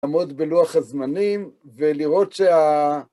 עמוד בלוח הזמנים ולראות שה...